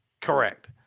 Correct